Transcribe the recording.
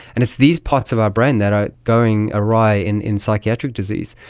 and it's these parts of our brain that are going awry in in psychiatric disease.